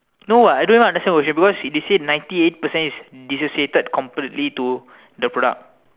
no what I don't even understand what she say because she they say ninety eight percent is dissociated completely to the product